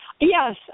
Yes